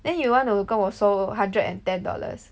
then you want to 跟我收 hundred and ten dollars